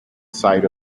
site